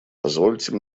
позвольте